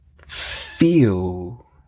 feel